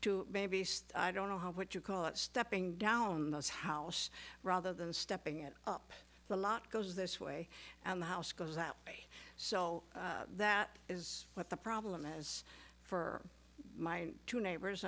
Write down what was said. to maybe i don't know what you call it stepping down those house rather than stepping it up a lot goes this way and the house goes out so that is what the problem is for my two neighbors